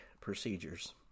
procedures